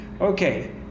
Okay